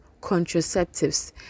contraceptives